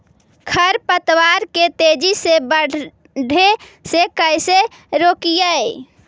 खर पतवार के तेजी से बढ़े से कैसे रोकिअइ?